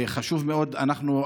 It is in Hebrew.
וחשוב מאוד: אנחנו,